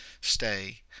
stay